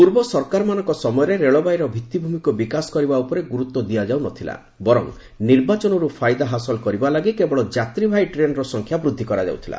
ପୂର୍ବ ସରକାରମାନଙ୍କ ସମୟରେ ରେଳବାଇର ଭିତ୍ତିଭୂମିକୁ ବିକାଶ କରିବା ଉପରେ ଗୁରୁତ୍ୱ ଦିଆଯାଉନଥିଲା ବର୍ଚ ନିର୍ବାଚନରୁ ଫାଇଦା ହାସଲ କରିବା ଲାଗି କେବଳ ଯାତ୍ରୀବାହୀ ଟ୍ରେନ୍ର ସଂଖ୍ୟା ବୃଦ୍ଧି କରାଯାଉଥିଲା